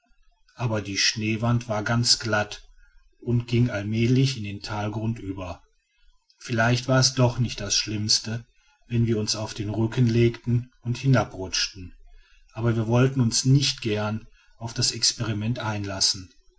aber die schneewand war ganz glatt und ging allmählich in den talgrund über vielleicht war es doch nicht das schlimmste wenn wir uns auf den rücken legten und hinabrutschten aber wir wollten uns nicht gern auf das experiment einlassen